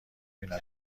بینم